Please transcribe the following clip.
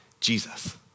Jesus